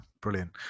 Brilliant